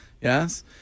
Yes